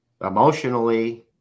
Emotionally